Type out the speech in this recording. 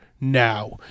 now